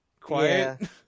quiet